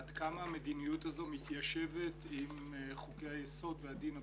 עד כמה המדיניות הזו מתיישבת עם חוקי היסוד והדין הבין-לאומי.